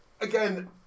Again